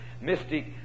mystic